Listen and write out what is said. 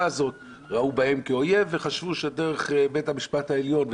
הזאת וחשבו שדרך בית המשפט העליון,